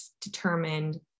determined